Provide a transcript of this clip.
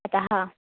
अतः